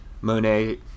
monet